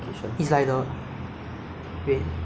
uh like last time I go malaysia or then